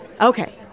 Okay